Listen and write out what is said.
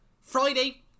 Friday